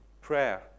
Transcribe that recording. Prayer